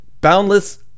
boundless